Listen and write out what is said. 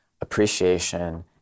appreciation